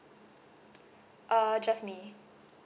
uh just me